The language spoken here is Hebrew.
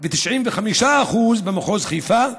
95% במחוז חיפה.